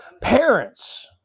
parents